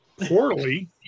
Poorly